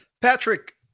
Patrick